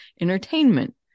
entertainment